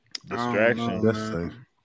Distraction